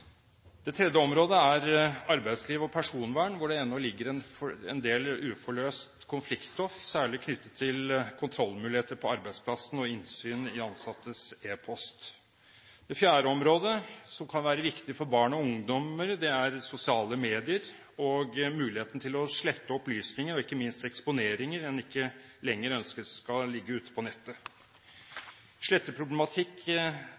Det tredje området er arbeidsliv og personvern, hvor det ennå ligger en del uforløst konfliktstoff, særlig knyttet til kontrollmuligheter på arbeidsplassen og innsyn i ansattes e-post. Det fjerde området, som kan være viktig for barn og ungdommer, er sosiale medier og muligheten til å slette opplysninger og ikke minst eksponeringer en ikke lenger ønsker skal ligge ute på